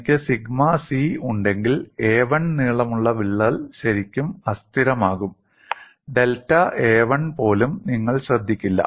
എനിക്ക് sigma c ഉണ്ടെങ്കിൽ a1 നീളമുള്ള വിള്ളൽ ശരിക്കും അസ്ഥിരമാകും ഡെൽറ്റ a1 പോലും നിങ്ങൾ ശ്രദ്ധിക്കില്ല